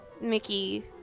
Mickey